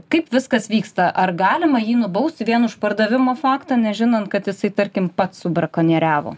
kaip viskas vyksta ar galima jį nubausti vien už pardavimo faktą nežinant kad jisai tarkim pats subrakonieriavo